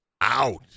out